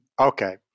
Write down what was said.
okay